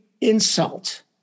insult